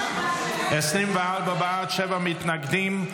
24 בעד, שבעה מתנגדים.